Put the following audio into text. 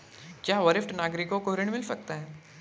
क्या वरिष्ठ नागरिकों को ऋण मिल सकता है?